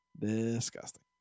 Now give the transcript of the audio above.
Disgusting